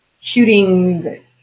shooting